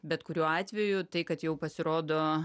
bet kuriuo atveju tai kad jau pasirodo